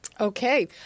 Okay